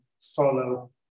follow